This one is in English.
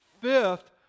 Fifth